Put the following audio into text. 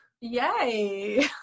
Yay